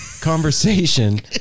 conversation